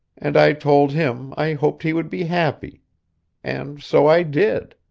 and i told him i hoped he would be happy and so i did.